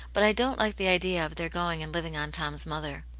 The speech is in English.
but i don't like the idea of their going and living on tom's mother.